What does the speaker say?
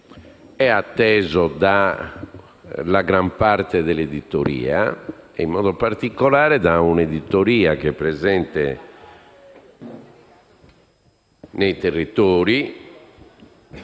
dalla gran parte dell'editoria e, in modo particolare, da un'editoria che è presente nei territori,